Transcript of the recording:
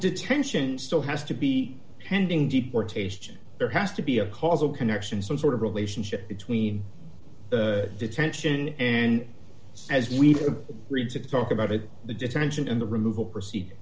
detention still has to be pending deportation there has to be a causal connection some sort of relationship between detention and as we've read to talk about it the detention and the removal proceed